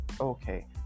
okay